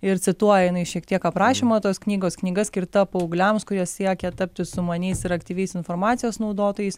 ir cituoja jinai šiek tiek aprašymą tos knygos knyga skirta paaugliams kurie siekia tapti sumaniais ir aktyviais informacijos naudotojais